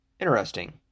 Interesting